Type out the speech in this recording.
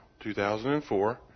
2004